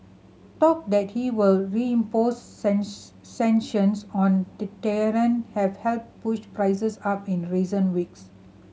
talk that he will reimpose sanctions on Tehran have helped push prices up in recent weeks